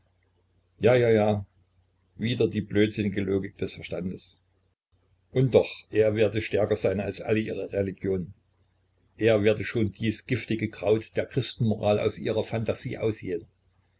ja ja ja wieder die blödsinnige logik des verstandes und doch er werde stärker sein als alle ihre religion er werde schon dies giftige kraut der christenmoral aus ihrer phantasie ausjäten